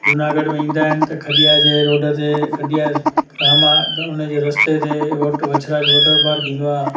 जूनागढ़ में ईंदा आहिनि त खड़िया जे रोड ते खड़िया गांव आहे हुनजे रस्ते ते वट वछराज वॉटर पार्क ईंदो आहे